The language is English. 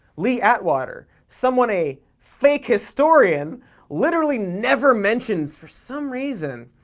lee atwater, someone a fake historian literally never mentions for some reason.